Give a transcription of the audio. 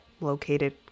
located